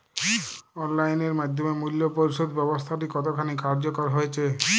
Online এর মাধ্যমে মূল্য পরিশোধ ব্যাবস্থাটি কতখানি কার্যকর হয়েচে?